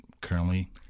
currently